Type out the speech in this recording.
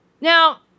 Now